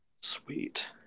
Sweet